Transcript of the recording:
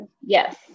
Yes